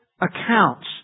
accounts